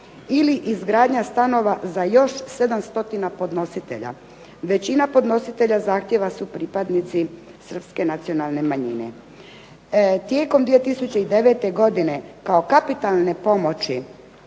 ili izgradnja stanova za još 7 stotina podnositelja. Većina podnositelja zahtjeva su pripadnici srpske nacionalne manjine. Tijekom 2009. godine kao kapitalne pomoći,